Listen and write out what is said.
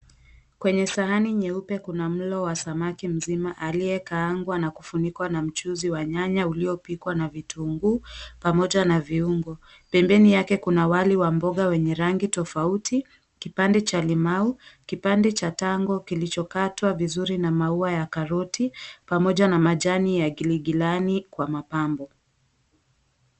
Kwenye sahani nyeupe kuna mlo wa samaki mzima aliyekaangwa na kufunikwa na mchuzi uliopikwa na nyanya na kitunguu pamoja na viungo. Pembeni yake kuna wali wa mboga wenye rangi tofauti, kipande cha limau, kipande cha tango kilichokatwa vizuri na maua ya karoti pamoja na majani ya giligilani kwa mapambo.